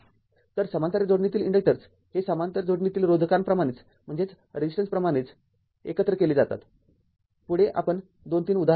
तरसमांतर जोडणीतील इन्डक्टर्स हे समांतर जोडणीतील रोधांप्रमाणेच एकत्र केले जातात पुढे आपण २ ३ उदाहरणे घेऊ